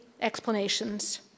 explanations